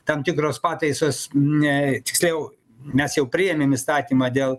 tam tikros pataisos ne tiksliau mes jau priėmėm įstatymą dėl